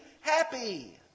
happy